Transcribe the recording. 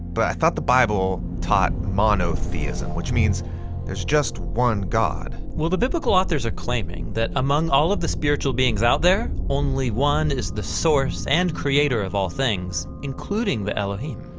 but i thought the bible taught monotheism, which means there is just one god. well, the biblical authors are claiming that among all of the spiritual beings out there, only one is the source and creator of all things, including the elohim.